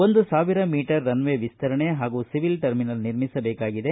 ಒಂದು ಸಾವಿರ metre runway ವಿಸ್ತರಣೆ ಹಾಗೂ ಸಿವಿಲ್ ಟರ್ಮಿನಲ್ ನಿರ್ಮಿಸಬೇಕಾಗಿದೆ